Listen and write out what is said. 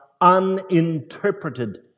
uninterpreted